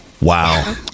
Wow